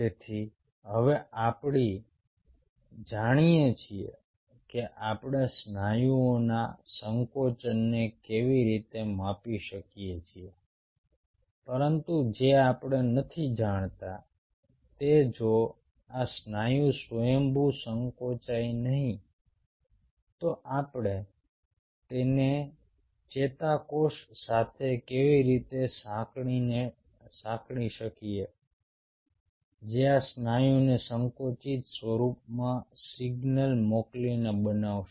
તેથી હવે આપણે જાણીએ છીએ કે આપણે સ્નાયુઓના સંકોચનને કેવી રીતે માપી શકીએ છીએ પરંતુ જે આપણે નથી જાણતા તે જો આ સ્નાયુ સ્વયંભૂ સંકોચાય નહીં તો આપણે તેને ચેતાકોષ સાથે કેવી રીતે સાંકળી શકીએ જે આ સ્નાયુને સંકોચિત સ્વરૂપમાં સિગ્નલ મોકલીને બનાવશે